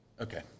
Okay